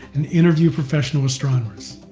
and interview professional astronomers.